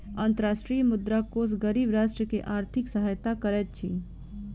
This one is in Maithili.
अंतर्राष्ट्रीय मुद्रा कोष गरीब राष्ट्र के आर्थिक सहायता करैत अछि